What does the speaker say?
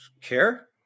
care